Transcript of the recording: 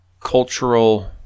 cultural